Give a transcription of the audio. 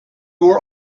were